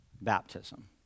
baptism